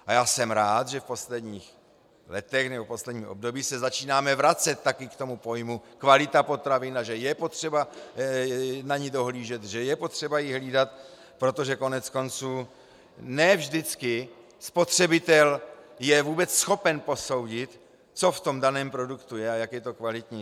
A jsem rád, že v posledních letech nebo v posledním období se začínáme vracet taky k pojmu kvalita potravin a že je potřeba na ni dohlížet, že je potřeba ji hlídat, protože koneckonců ne vždycky spotřebitel je vůbec schopen posoudit, co v daném produktu je a jak je to kvalitní.